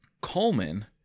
Coleman